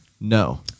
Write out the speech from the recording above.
No